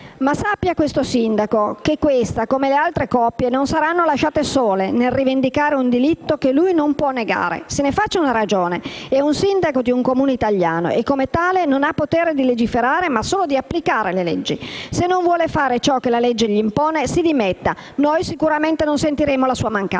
però, questo sindaco che questa, come le altre coppie, non sarà lasciata sola nel rivendicare un diritto che lui non può negare. Se ne faccia una ragione: è un sindaco di un Comune italiano e, come tale, non ha potere di legiferare, ma solo di applicare le leggi. Se non vuole fare ciò che la legge gli impone, si dimetta. Noi sicuramente non sentiremo la sua mancanza.